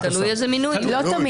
לא,